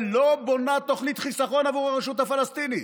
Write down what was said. לא בונה תוכנית חיסכון עבור הרשות הפלסטינית,